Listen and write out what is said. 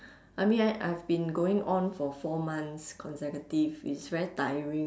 I mean I I've been going on for four months consecutive it's very tiring